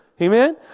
Amen